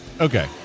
Okay